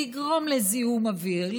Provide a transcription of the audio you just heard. לגרום לזיהום אוויר,